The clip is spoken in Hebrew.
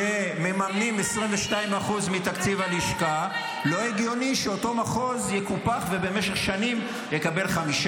שמממנים 22% מתקציב הלשכה -- ממש צורך לאומי רציני בזמן מלחמה